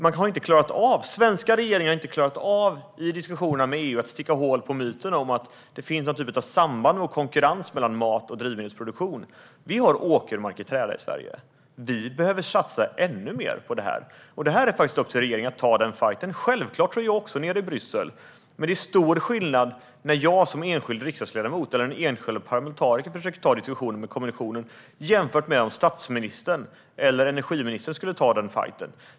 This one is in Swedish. Den svenska regeringen har inte klarat av att i diskussionerna med EU sticka hål på myten om att det finns någon typ av samband och konkurrens mellan mat och drivmedelsproduktion. Vi har åkermark i träda i Sverige. Vi behöver satsa ännu mer på detta. Det är upp till regeringen att ta den fajten. Självklart är jag också nere i Bryssel. Men det är stor skillnad när jag, som enskild riksdagsledamot, eller en enskild parlamentariker, försöker att ta diskussionen med kommissionen, jämfört med om statsministern eller energiministern skulle ta den fajten.